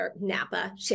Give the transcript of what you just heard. Napa